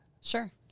Sure